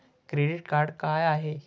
Credit card का हाय?